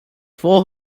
four